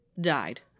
died